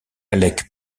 alec